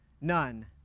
None